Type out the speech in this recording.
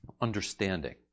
understanding